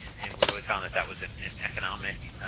and we really found that that was an an economic